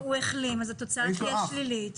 הוא החלים, אז התוצאה תהיה שלילית.